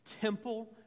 temple